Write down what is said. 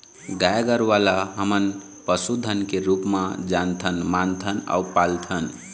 गाय गरूवा ल हमन पशु धन के रुप जानथन, मानथन अउ पालथन